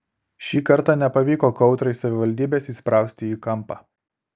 šį kartą nepavyko kautrai savivaldybės įsprausti į kampą